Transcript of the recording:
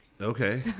Okay